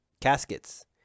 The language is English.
caskets